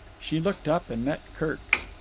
she looked up and met kirk's.